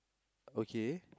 okay